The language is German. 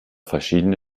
verschiedene